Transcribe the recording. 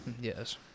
Yes